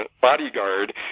bodyguard